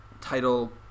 title